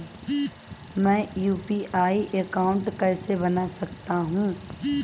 मैं UPI account कैसे बना सकता हूं?